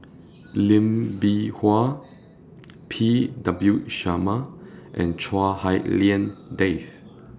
Lee Bee Wah P W Sharma and Chua Hak Lien Dave